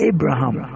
Abraham